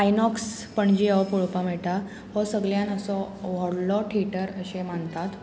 INOX Panaji हो पळोवपा मेळटा हो सगळ्यान असो व्हडलो थिएटर अशें मानतात